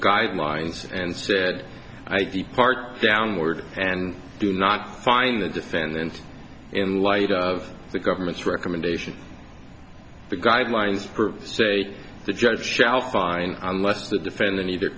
guidelines and said i keep part downward and do not find the defendant in light of the government's recommendation the guidelines for say the judge shall find unless the defendant either